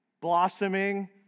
blossoming